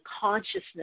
consciousness